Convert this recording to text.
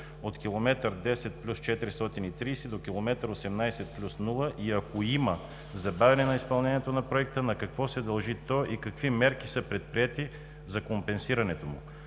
от км 10+430 до км 18+000 и ако има забавяне на изпълнението на проекта – на какво се дължи то и какви мерки са предприети за компенсирането му?